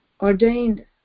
ordained